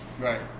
Right